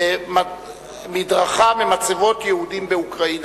מדרכה ממצבות יהודים באוקראינה.